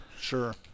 sure